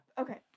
Okay